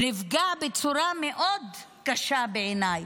נפגע בצורה קשה מאוד,